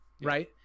Right